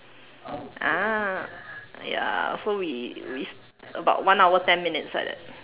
ah ya so we we about one hour ten minutes like that